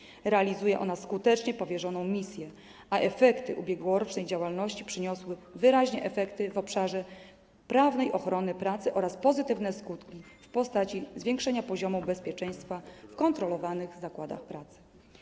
Skutecznie realizuje ona powierzoną misję, a efekty ubiegłorocznej działalności przyniosły wyraźne efekty w obszarze prawnej ochrony pracy oraz pozytywne skutki w postaci zwiększenia poziomu bezpieczeństwa w kontrolowanych zakładach pracy.